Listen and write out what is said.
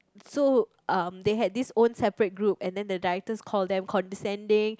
so um they had this own separate group and then the directors call them condescending